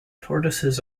tortoises